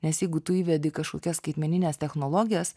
nes jeigu tu įvedi kažkokias skaitmenines technologijas